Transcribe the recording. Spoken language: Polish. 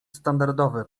standardowe